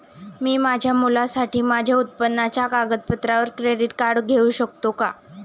मी माझ्या मुलासाठी माझ्या उत्पन्नाच्या कागदपत्रांवर क्रेडिट कार्ड घेऊ शकतो का?